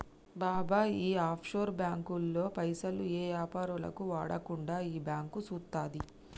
బాబాయ్ ఈ ఆఫ్షోర్ బాంకుల్లో పైసలు ఏ యాపారాలకు వాడకుండా ఈ బాంకు సూత్తది